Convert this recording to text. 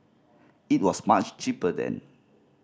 it was much cheaper then